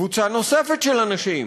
עם קבוצה נוספת של אנשים,